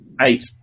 Eight